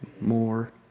more